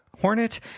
Hornet